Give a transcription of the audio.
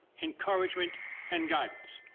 encouragement and guidance.